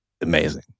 amazing